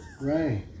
Right